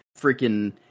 freaking